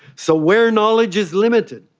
so where knowledge is limited,